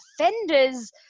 offenders